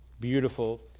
beautiful